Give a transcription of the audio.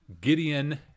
Gideon